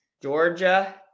Georgia